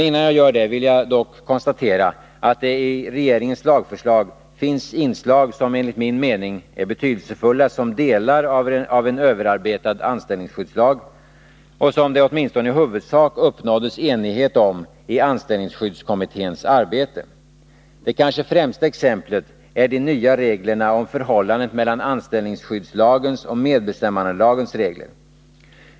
Innan jag gör det vill jag dock konstatera att det i regeringens lagförslag finns inslag som enligt min mening är betydelsefulla som delar av en överarbetad anställningsskyddslag och som det åtminstone i huvudsak uppnåddes enighet om i anställningsskyddskommitténs arbete. Det kanske främsta exemplet är de nya reglerna om förhållandet mellan anställningsskyddslagens och medbestämmandelagens regler.